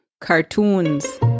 cartoons